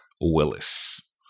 Willis